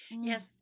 Yes